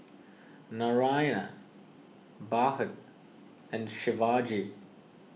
Narayana Bhagat and Shivaji